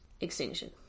extinction